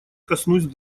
коснусь